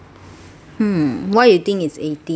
hmm why you think is eighteen